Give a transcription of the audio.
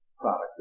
product